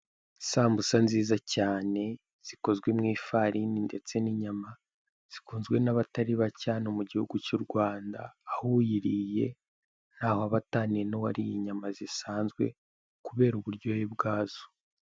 Isambusa nziza cyane zikozwe mu ifarini ndetse n'inyama, zikunzwe n'abatari bake hano mu gihugu cy'u Rwanda, aho uyiriye ntaho aba ataniye n'uwariye inyama zisanzwe, kubera uburyohe bwazo.